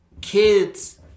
kids